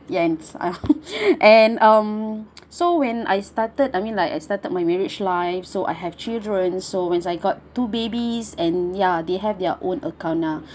yes and um so when I started I mean like I started my marriage life so I have children so as I got two babies and ya they have their own account lah